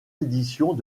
éditions